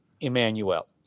Emmanuel